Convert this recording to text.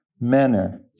manner